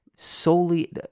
solely